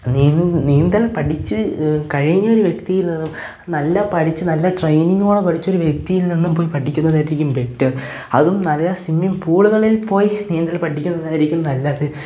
നീന്തൽ പഠിച്ച് കഴിഞ്ഞൊരു വ്യക്തിയില്നിന്ന് നല്ല പഠിച്ച് നല്ല ട്രെയിനിങ്ങോടെ പഠിച്ച ഒരു വ്യക്തിയിൽനിന്നും പോയി പഠിക്കുന്നതായിരിക്കും ബെറ്റർ അതും നല്ല സ്വിമ്മിങ്ങ് പൂളുകളിൽപ്പോയി നീന്തൽ പഠിക്കുന്നതായിരിക്കും നല്ലത്